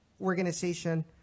organization